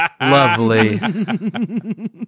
lovely